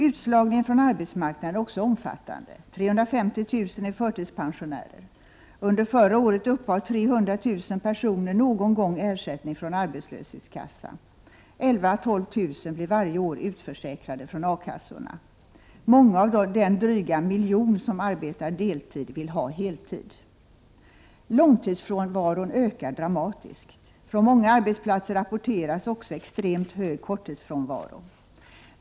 Utslagningen från arbetsmarknaden är också omfattande. 350 000 är förtidspensionärer. Under förra året uppbar 300 000 personer någon gång ersättning från arbetslöshetskassa. 11 000-12 000 blir varje år utförsäkrade från A-kassorna. Många av de drygt 1 miljon som arbetar deltid vill ha heltid. Långtidsfrånvaron ökar dramatiskt. Från många arbetsplatser rapporteras också extremt hög korttidsfrånvaro.